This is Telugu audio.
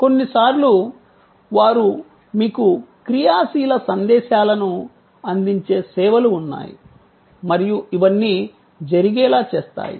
కొన్నిసార్లు వారు మీకు క్రియాశీల సందేశాలను అందించే సేవలు ఉన్నాయి మరియు ఇవన్నీ జరిగేలా చేస్తాయి